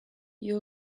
you